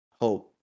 hope